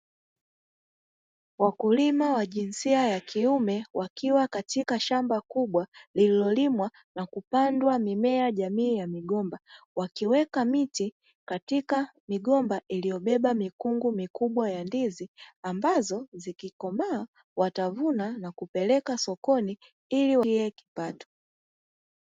Wakulima wa jinsia ya kiume, wakiwa katika shamba kubwa lililolimwa na kupandwa mimea jamii ya migomba, wakiweka miti katika migomba iliyobeba mikungu mikubwa ya ndizi, ambazo zikikomaa watavuna na kupeleka sokoni ili kujipatia kipato.